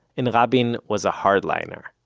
and rabin was a hardliner.